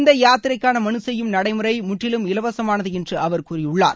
இந்த யத்திரைக்கான மலு செய்யும் நடைமுறை முற்றிலும் இலவசமானது என்ற அவர் கூறியுள்ளார்